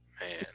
man